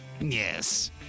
Yes